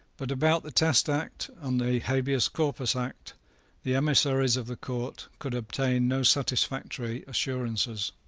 but about the test act and the habeas corpus act the emissaries of the court could obtain no satisfactory assurances.